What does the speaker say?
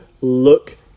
look